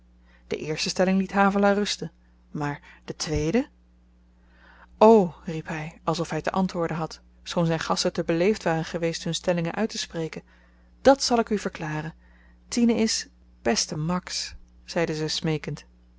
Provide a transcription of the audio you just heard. de eerste stelling liet havelaar rusten maar de tweede o riep hy alsof hy te antwoorden had schoon zyn gasten te beleefd waren geweest hun stellingen uittespreken dàt zal ik u verklaren tine is beste max zeide zy smeekend